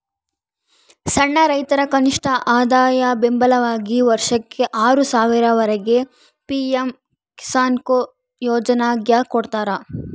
ಸಣ್ಣ ರೈತರ ಕನಿಷ್ಠಆದಾಯ ಬೆಂಬಲವಾಗಿ ವರ್ಷಕ್ಕೆ ಆರು ಸಾವಿರ ವರೆಗೆ ಪಿ ಎಂ ಕಿಸಾನ್ಕೊ ಯೋಜನ್ಯಾಗ ಕೊಡ್ತಾರ